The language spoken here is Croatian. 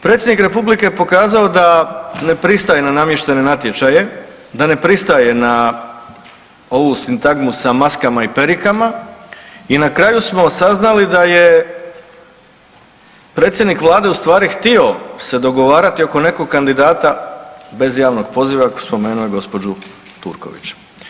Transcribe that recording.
Predsjednik Republike pokazao da ne pristaje na namještene natječaje, da ne pristaje na ovu sintagmu sa maskama i perikama i na kraju smo saznali da je predsjednik Vlade ustvari htio se dogovarati oko nekog kandidata bez javnog poziva, spomenuo je gospođu Turković.